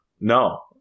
No